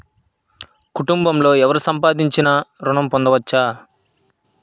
కుటుంబంలో ఎవరు సంపాదించినా ఋణం పొందవచ్చా?